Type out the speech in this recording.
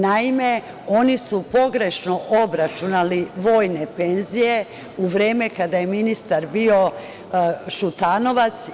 Naime, oni su pogrešno obračunali vojne penzije u vreme kada je ministar bio Šutanovac.